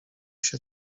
się